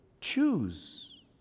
choose